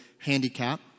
handicap